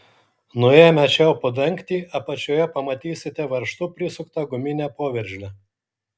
nuėmę čiaupo dangtį apačioje pamatysite varžtu prisuktą guminę poveržlę